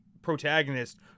protagonist